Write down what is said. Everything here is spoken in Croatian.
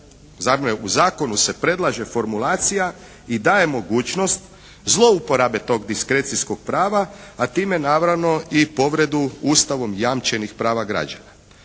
u zakonu se predlaže formulacija i daje mogućnost zlouporabe tog diskrecijskog prava a time naravno i povredu Ustavom zajamčenih prava građana.